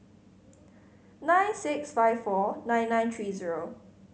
nine six five four nine nine three zero